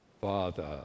Father